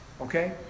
okay